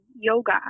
yoga